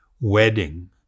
wedding